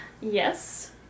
Yes